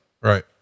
right